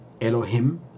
Elohim